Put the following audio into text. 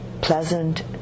pleasant